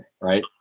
right